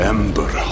Ember